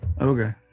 okay